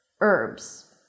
herbs